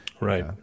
right